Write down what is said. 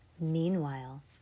Meanwhile